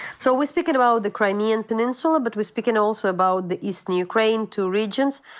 so we're speaking about the crimean peninsula, but we're speaking also about the eastern ukraine, two regions,